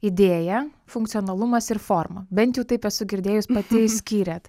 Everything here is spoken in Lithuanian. idėja funkcionalumas ir forma bent jau taip esu girdėjus pati išskyrėt